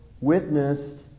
witnessed